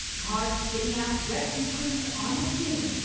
cars skidding out, rescue crews on the scene.